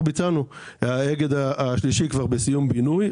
האגד השלישי נמצא כבר בסיום בינוי.